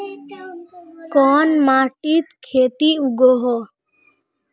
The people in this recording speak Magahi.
कोन माटित खेती उगोहो?